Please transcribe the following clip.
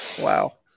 Wow